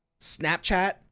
Snapchat